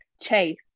chase